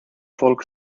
folk